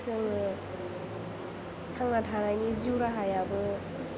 जों थांना थानायनि जिउ राहायाबो